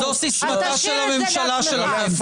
זו סיסמתה של הממשלה שלכם,